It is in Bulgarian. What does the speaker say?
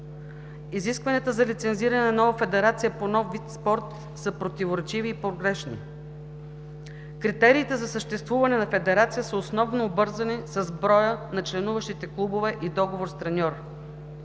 Изискванията за лицензиране на нова федерация по нов вид спорт са противоречиви и погрешни. Критериите за съществуване на федерация са основно обвързани с броя на членуващите клубове и договор с треньор.